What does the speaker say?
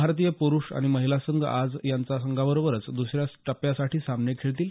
भारतीय प्रुष आणि महिला संघ आज याच संघाबरोबर द्सऱ्या टप्प्यासाठी सामने खेळतील